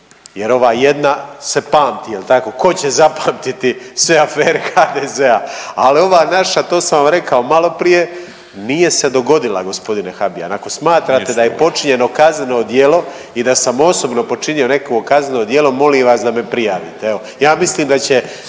jer ova jedna se pamti. Jel' tako? Tko će zapamtiti sve afere HDZ-a? Ali ova naša, to sam vam reko malo prije nije se dogodila gospodine Habijan, jer ako smatrate da je počinjeno kazneno djelo i da sam osobno počinio nekakvo kazneno djelo molim vas da me prijavite evo. Ja mislim da će